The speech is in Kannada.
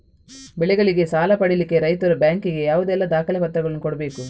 ಬೆಳೆಗಳಿಗೆ ಸಾಲ ಪಡಿಲಿಕ್ಕೆ ರೈತರು ಬ್ಯಾಂಕ್ ಗೆ ಯಾವುದೆಲ್ಲ ದಾಖಲೆಪತ್ರಗಳನ್ನು ಕೊಡ್ಬೇಕು?